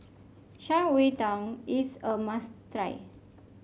Shan Rui Tang is a must